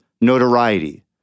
notoriety